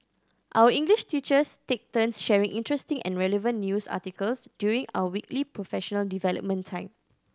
our English teachers take turns sharing interesting and relevant news articles during our weekly professional development time